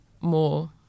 more